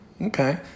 Okay